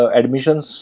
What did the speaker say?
admissions